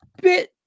bit